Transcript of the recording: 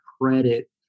credit